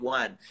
one